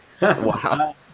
Wow